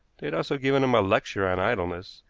they had also given him a lecture on idleness,